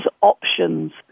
options